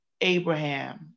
Abraham